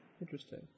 Interesting